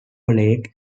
lake